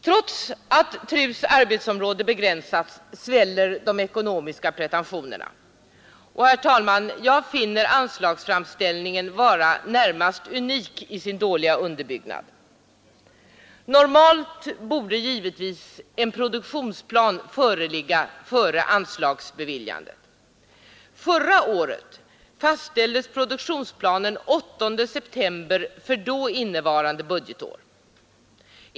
Trots att TRU:s arbetsområde begränsats sväller de ekonomiska pretentionerna, och, herr talman, jag finner anslagsframställningen vara närmast unik i sin dåliga underbyggnad. Normalt borde givetvis en produktionsplan föreligga före anslagsbeviljandet. Förra året fastställdes produktionsplanen den 8 september för då innevarande budgetår.